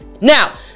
Now